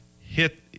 hit